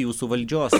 jūsų valdžios